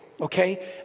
Okay